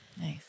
nice